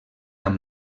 amb